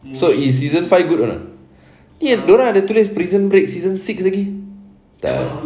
so is season five good or not dorang ada tulis prison break season six lagi tak ah